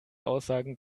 aussagen